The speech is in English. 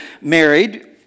married